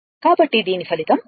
కాబట్టి దీని ఫలితం ఇది